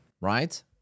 right